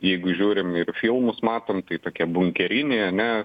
jeigu žiūrim ir filmus matom tai tokie bunkeriniai ane